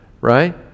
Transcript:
right